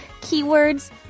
keywords